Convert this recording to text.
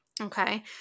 Okay